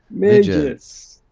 midgets.